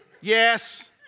Yes